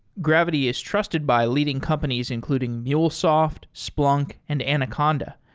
gravity is trusted by leading companies, including mulesoft, splunk and anaconda.